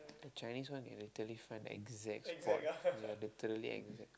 the Chinese one can literally find the exact spot ya literally exact